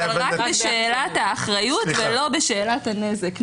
אבל רק בשאלת האחריות ולא בשאלת הנזק.